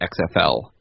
XFL